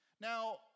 Now